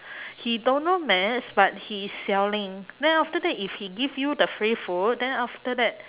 he don't know maths but he is selling then after that if he give you the free food then after that